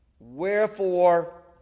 Wherefore